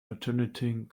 alternating